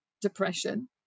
depression